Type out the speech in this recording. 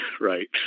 right